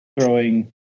throwing